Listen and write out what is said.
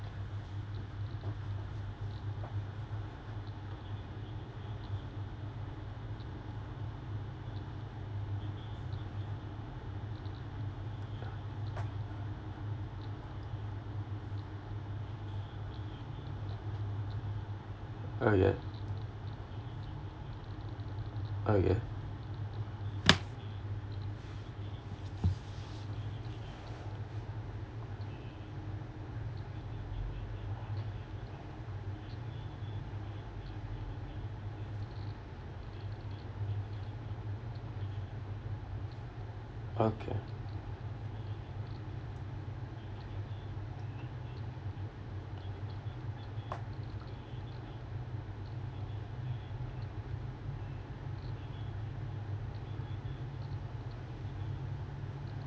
okay okay okay